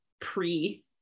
pre-